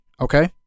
Okay